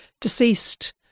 deceased